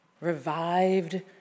revived